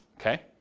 Okay